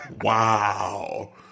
wow